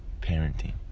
parenting